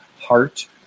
heart